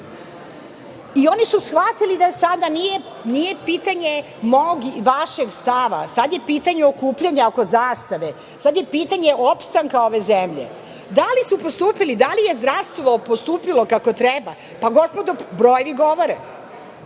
Oni su shvatili da sada nije pitanje mog i vašeg stava, sada je pitanje okupljanja oko zastave, sada je pitanje opstanka ove zemlje. Da li su postupili, da li je zdravstvo postupilo kako treba? Gospodo, brojevi govore.